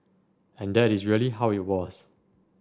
and that is really how it was